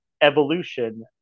evolution